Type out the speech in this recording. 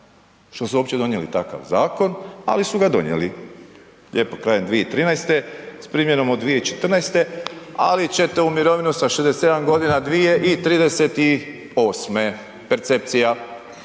što su uopće donijeli takav zakon ali su ga donijeli. Lijepo krajem 2013. s primjenom od 2014. ali ćete u mirovinu sa 67 g. 2038., percepcija,